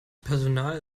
personal